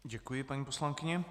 Děkuji, paní poslankyně.